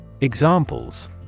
Examples